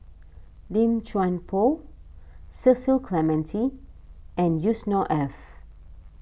Lim Chuan Poh Cecil Clementi and Yusnor Ef